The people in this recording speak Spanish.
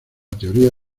teoría